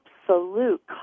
absolute